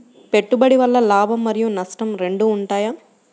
పెట్టుబడి వల్ల లాభం మరియు నష్టం రెండు ఉంటాయా?